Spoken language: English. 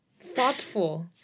Thoughtful